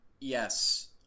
yes